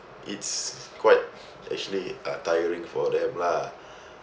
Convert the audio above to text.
it's quite actually uh tiring for them lah